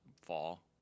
fall